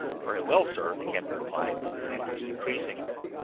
very well, sir, the captain replied, his interest increasing.